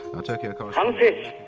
our tokyo correspondent.